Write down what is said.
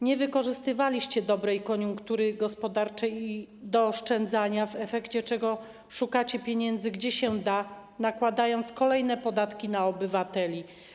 Nie wykorzystywaliście dobrej koniunktury gospodarczej do oszczędzania, w efekcie czego szukacie pieniędzy, gdzie się da, nakładając kolejne podatki na obywateli.